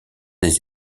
des